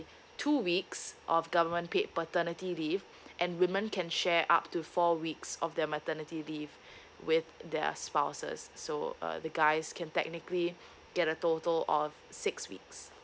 two weeks of government paid paternity leave and women can share up to four weeks of their maternity leave with their spouses so uh the guys can technically get a total of six weeks